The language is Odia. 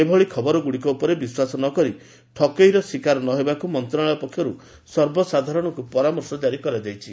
ଏଭଳି ଖବରଗୁଡ଼ିକ ଉପରେ ବିଶ୍ୱାସ ନକରି ଠକେଇର ଶିକାର ନହେବାକୁ ମନ୍ତ୍ରଣାଳୟ ପକ୍ଷରୁ ସର୍ବସାଧାରଣଙ୍କୁ ପରାମର୍ଶ ଜାରି କରାଯାଇଛି